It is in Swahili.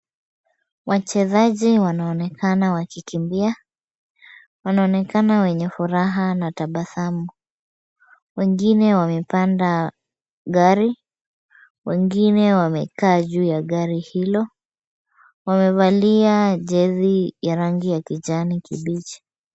Wachezaji wanaonekana wakikimbia. Wanaonekana wenye furaha na tabasamu, wengine wamepanda gari, wengine wamekaa juu ya gari hilo. Wamevalia jezi ya rangi ya kijani kibichi.